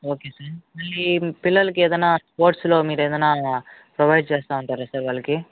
okay sir మళ్ళీ పిల్లలకి ఏదన్నా స్పోర్ట్స్లో మీరు ఏదైనా ప్రొవైడ్ చేస్తూ ఉంటారా సార్ ఓకే సార్ వాళ్ళకి